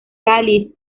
cáliz